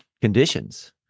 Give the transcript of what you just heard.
conditions